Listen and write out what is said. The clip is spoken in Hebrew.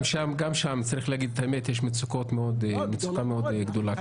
גם שם, צריך להגיד את האמת, יש מצוקה מאוד גדולה.